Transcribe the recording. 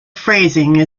phrasing